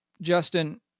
Justin